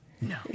No